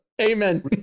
Amen